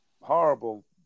horrible